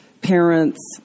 parents